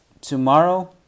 tomorrow